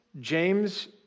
James